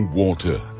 water